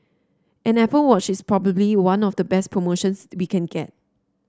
an Apple Watch is probably one of the best promotions we can get